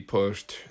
pushed